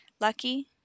Lucky